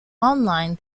online